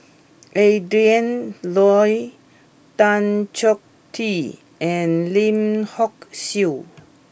Adrin Loi Tan Choh Tee and Lim Hock Siew